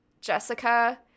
Jessica